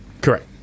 Correct